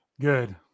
Good